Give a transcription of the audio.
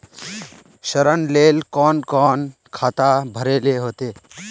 ऋण लेल कोन कोन खाता भरेले होते?